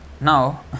Now